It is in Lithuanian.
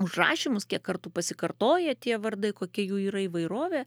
užrašymus kiek kartų pasikartoja tie vardai kokia jų yra įvairovė